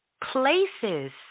places